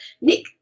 Nick